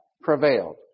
prevailed